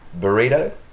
Burrito